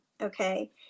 okay